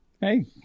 hey